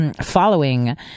following